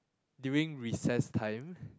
during recess time